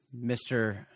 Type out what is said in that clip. Mr